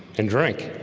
and drink